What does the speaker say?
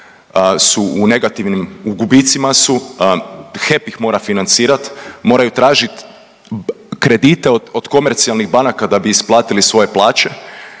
su u negativnim u gubicima su, HEP ih mora financirat, moraju tražit kredite od komercijalnih banaka da bi isplatili svoje plaće